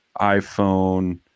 iPhone